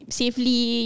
safely